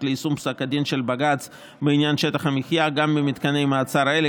ליישום פסק הדין של בג"ץ בעניין שטח המחיה גם במתקני מעצר אלו,